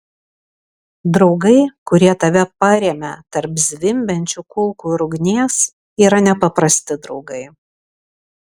draugai kurie tave parėmė tarp zvimbiančių kulkų ir ugnies yra nepaprasti draugai